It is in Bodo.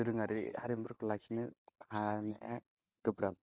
दोरोङारि हारिमुफोरखौ लाखिनो हानाया गोब्राब